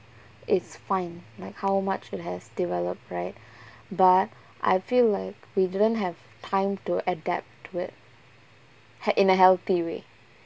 it's fine like how much it has developed right but I feel like we didn't have time to adapt to it h~ in a healthy way